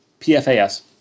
PFAS